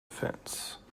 fence